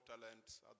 talents